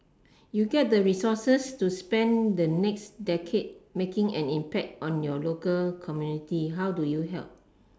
you get the resources to spend the next decade making an impact on your local community how do you help